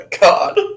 god